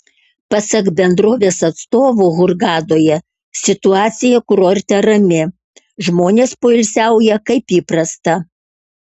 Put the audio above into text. pasak bendrovės atstovų hurgadoje situacija kurorte rami žmonės poilsiauja kaip įprasta